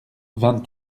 vingt